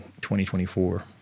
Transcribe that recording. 2024